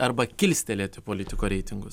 arba kilstelėti politiko reitingus